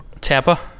Tampa